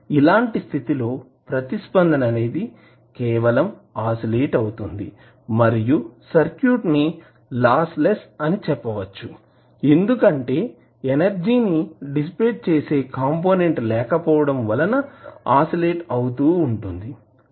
ఇలాంటి స్థితి లో ప్రతిస్పందన అనేది కేవలం ఆసిలేట్ అవుతుంది మరియు సర్క్యూట్ ని లాస్లెస్ అని చెప్పవచ్చు ఎందుకంటే ఎనర్జీని డిసిపేట్ చేసే కంపోనెంట్ లేకపోవడం వలన ఆసి లేట్ అవుతూ ఉంటుంది